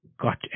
got